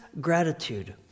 gratitude